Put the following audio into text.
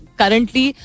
currently